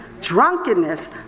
drunkenness